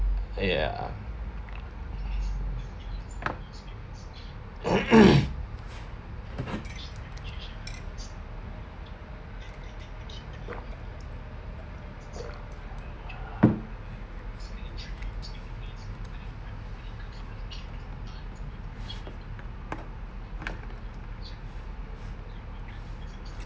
ya